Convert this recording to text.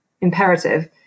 imperative